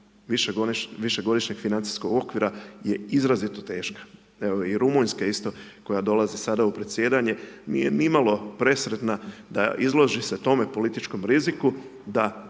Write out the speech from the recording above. višegodišnjeg financijskog okvira je izrazito teška. Evo i Rumunjska isto, koja dolazi sada u predsjedanje, nije ni malo presretna da izloži se tome političkom riziku, da